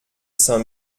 saint